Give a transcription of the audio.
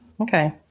Okay